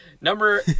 Number